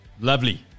Lovely